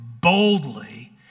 boldly